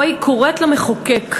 שבו היא קוראת למחוקק,